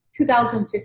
2015